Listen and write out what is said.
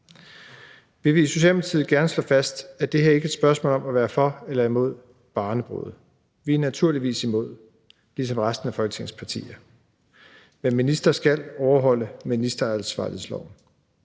Vi vil i Socialdemokratiet gerne slå fast, at det her ikke er et spørgsmål om at være for eller imod barnebrude. Vi er naturligvis imod det ligesom resten af Folketingets partier. Men en minister skal overholde ministeransvarlighedsloven.